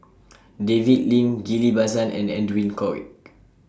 David Lim Ghillie BaSan and Edwin Koek